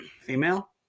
Female